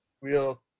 real